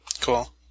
cool